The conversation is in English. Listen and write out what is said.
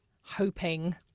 hoping